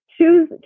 choose